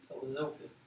Philadelphia